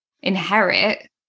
inherit